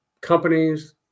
companies